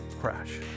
crash